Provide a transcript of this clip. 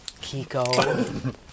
Kiko